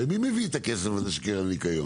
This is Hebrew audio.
הרי מי מביא את הכסף הזה של קרן הניקיון?